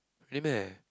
really meh